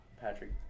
patrick